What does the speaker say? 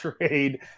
trade